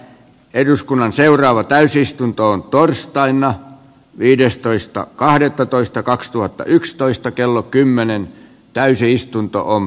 eduskunnan seuraava täysistuntoon torstaina viidestoista kahdettatoista kaksituhattayksitoista kello kymmenen täysi istuntoon